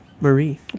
Marie